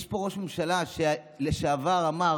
יש פה ראש ממשלה לשעבר שאמר